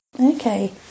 Okay